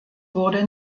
wurde